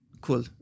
Cool